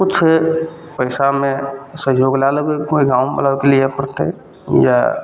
किछु पइसामे सहयोग लै लेबै कोइ गामवलाके लिए पड़तै या